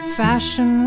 fashion